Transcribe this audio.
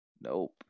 Nope